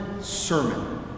sermon